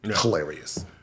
Hilarious